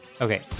Okay